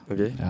Okay